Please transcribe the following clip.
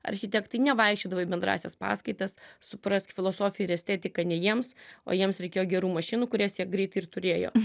architektai nevaikščiodavo į bendrąsias paskaitas suprask filosofija ir estetika ne jiems o jiems reikėjo gerų mašinų kurias jie greitai ir turėjo